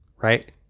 Right